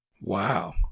wow